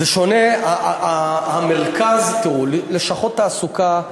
במה זה שונה מלשכות תעסוקה,